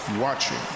watching